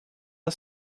her